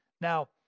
Now